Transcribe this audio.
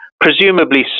presumably